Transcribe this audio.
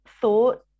thought